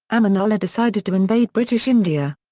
amanullah decided to invade british india.